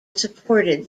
supported